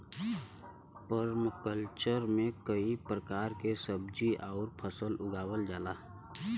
permaculture में कई प्रकार के सब्जी आउर फसल उगावल जाला